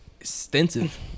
Extensive